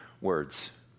words